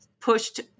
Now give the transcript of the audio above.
pushed